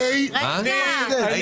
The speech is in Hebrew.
--- אני